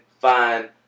Fine